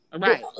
Right